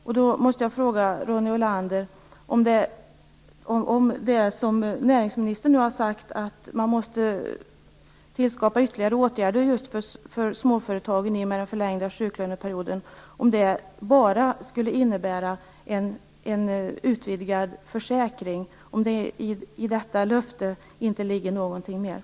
Jag måste fråga Ronny Olander om det som näringsministern nu har sagt, att man måste tillskapa ytterligare åtgärder för småföretagen i och med den förlängda sjuklöneperioden, bara innebär en utvidgad försäkring. Ligger det inte någonting mer i detta löfte?